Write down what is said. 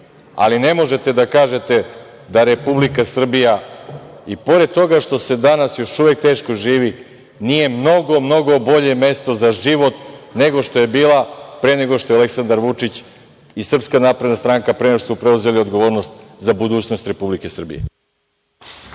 ali ne možete da kažete da Republika Srbija i pored toga što se danas još uvek teško živi nije mnogo bolje mesto za život nego što je bila pre nego što je Aleksandar Vučić i Srpska napredna stranka preuzela odgovornost za budućnost Republike Srbije.